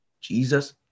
Jesus